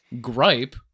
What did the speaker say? gripe